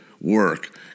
work